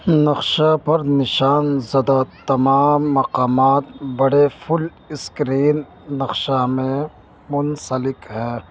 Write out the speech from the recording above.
نقشہ پر نشان زدہ تمام مقامات بڑے فل اسکرین نقشہ میں منسلک ہے